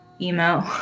emo